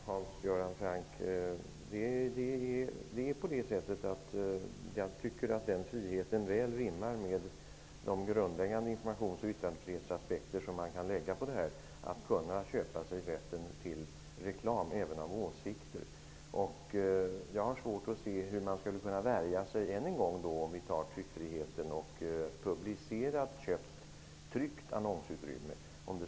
Herr talman! Jag tycker, Hans Göran Franck, att friheten till åsiktsreklam väl rimmar med de grundläggande informations och yttrandefrihetsaspekter som man kan lägga på att kunna köpa sig rätten till reklam. Jag har svårt att se att det skulle vara någon större principiell skillnad i förhållande till tryckfriheten och publicerad tryckt annons.